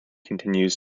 continues